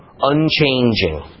unchanging